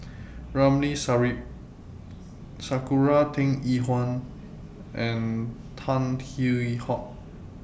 Ramli Sarip Sakura Teng Ying Hua and Tan Hwee Hock